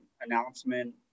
announcement